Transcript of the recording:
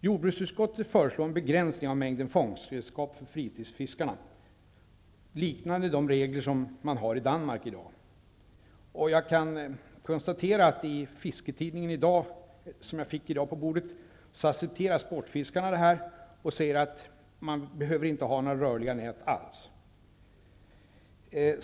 Jordbruksutskottet föreslår en begränsning av mängden fångstredskap för fritidsfiskarna, något liknande de regler man i dag har i Danmark. Jag kan konstatera att sportfiskarna i Fisketidningen, som jag i dag fick på mitt bord, skriver att man accepterar detta. Man säger där att man inte behöver några rörliga nät alls.